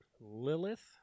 Lilith